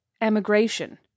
emigration